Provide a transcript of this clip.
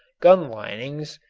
gun linings,